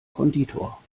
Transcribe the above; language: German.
konditor